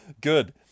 Good